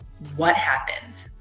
what happened?